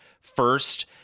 first